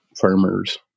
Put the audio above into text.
farmer's